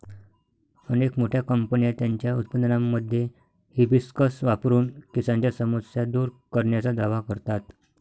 अनेक मोठ्या कंपन्या त्यांच्या उत्पादनांमध्ये हिबिस्कस वापरून केसांच्या समस्या दूर करण्याचा दावा करतात